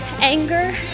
Anger